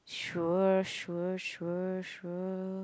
sure sure sure sure